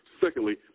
Secondly